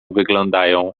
wyglądają